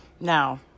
Now